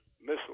Missile